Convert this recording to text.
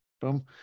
Boom